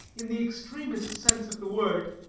in the extremest sense of the word,